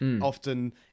often